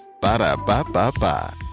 Ba-da-ba-ba-ba